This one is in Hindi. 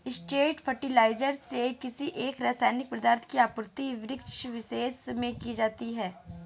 स्ट्रेट फर्टिलाइजर से किसी एक रसायनिक पदार्थ की आपूर्ति वृक्षविशेष में की जाती है